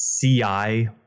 ci